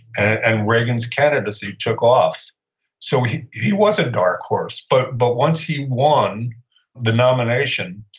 and reagan's candidacy took off so, he he was a dark horse. but but once he won the nomination,